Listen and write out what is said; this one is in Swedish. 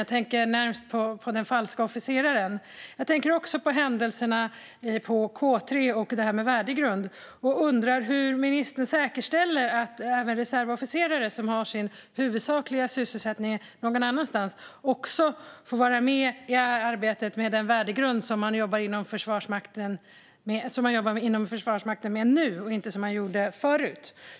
Jag tänker närmast på den falska officeraren, och jag tänker också på händelserna på K 3 och frågan om värdegrund. Hur säkerställer ministern att även reservofficerare som har sin huvudsakliga sysselsättning någon annanstans också får vara med i arbetet med frågan om värdegrund som Försvarsmakten arbetar med nu, inte som förut?